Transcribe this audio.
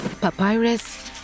papyrus